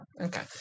Okay